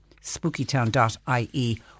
SpookyTown.ie